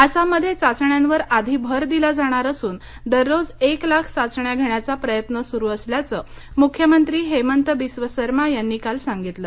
आसाममध्ये चाचण्यांवर आधी भर दिला जाणार असून दररोज एक लाख चाचण्या घेण्याचा प्रयत्न सुरू असल्याचं मुख्यमंत्री हेमंत बिस्व सरमा यांनी काल सांगितलं